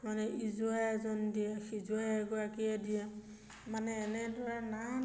মানে ইজোৱাই এজন দিয়ে সিজোৱাই এগৰাকীয়ে দিয়ে মানে এনেদৰে না না